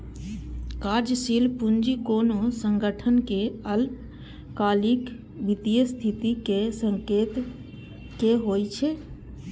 कार्यशील पूंजी कोनो संगठनक अल्पकालिक वित्तीय स्थितिक संकेतक होइ छै